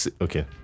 okay